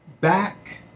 Back